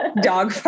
dog